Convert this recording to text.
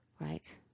Right